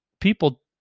people